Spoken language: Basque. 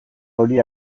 hori